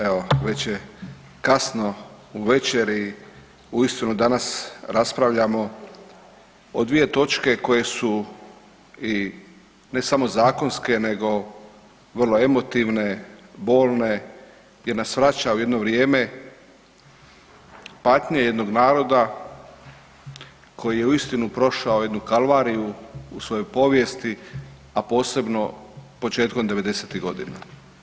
Evo, već je kasno uvečer i uistinu danas raspravljamo o dvije točke koje su i ne samo zakonske nego vrlo emotivne, bolne jer nas vraća u jedno vrijeme patnje jednog naroda koji je uistinu prošao jednu kalvariju u svojoj povijesti a posebno početkom 90-ih godina.